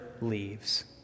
leaves